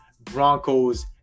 broncos